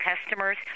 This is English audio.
customers